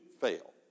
fail